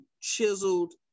chiseled